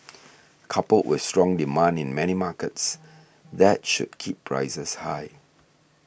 coupled with strong demand in many markets that should keep prices high